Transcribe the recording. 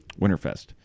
Winterfest